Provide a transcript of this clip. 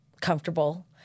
comfortable